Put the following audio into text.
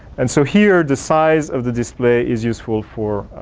and so here, the size of the display is useful for